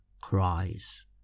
cries